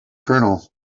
colonel